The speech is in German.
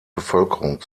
bevölkerung